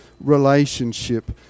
relationship